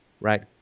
right